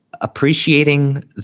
appreciating